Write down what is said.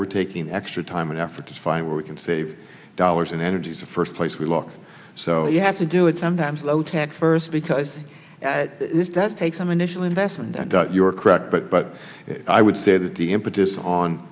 we're taking extra time and effort to find where we can save dollars and energy is the first place we look so you have to do it sometimes low tech first because this does take some initial investment and you're correct but but i would say that the imp